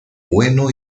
bueno